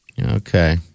Okay